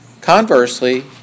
Conversely